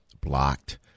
blocked